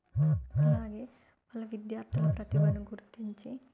అలాగే వాళ్ళ విద్యార్థుల ప్రతిభను గుర్తించి